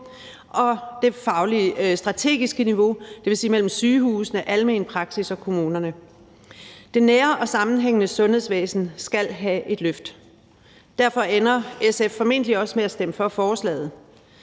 og det fagligt-strategiske niveau, dvs. mellem sygehusene, almen praksis og kommunerne. Det nære og sammenhængende sundhedsvæsen skal have et løft. Derfor ender SF formentlig også med at stemme for forslaget.